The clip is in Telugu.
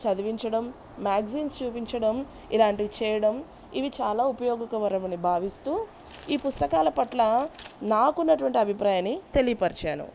చదివించడం మ్యాగ్జీన్స్ చూపించడం ఇలాంటివి చేయడం ఇవి చాలా ఉపయోగకవరమని భావిస్తూ ఈ పుస్తకాల పట్ల నాకున్నటువంటి అభిప్రాయాన్ని తెలియపరచాను